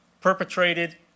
perpetrated